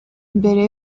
mbere